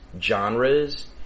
genres